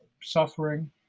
suffering